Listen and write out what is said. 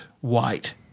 white